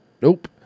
Nope